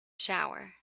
shower